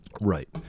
Right